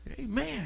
Amen